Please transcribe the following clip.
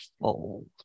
fold